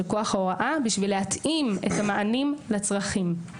כוח הוראה בשביל להתאים את המענים לצרכים.